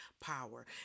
power